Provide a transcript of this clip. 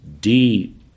deep